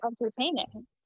entertaining